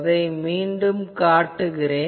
அதை மீண்டும் காட்டுகிறேன்